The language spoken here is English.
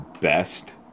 best